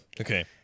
Okay